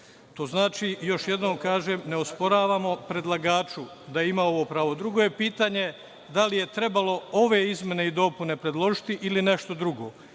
To znači, još jednom kažem, neosporavamo predlagaču da ima ovo pravo. Drugo je pitanje, da li je trebalo ove izmene i dopune predložiti ili nešto drugo.